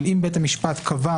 אבל אם בית המשפט קבע,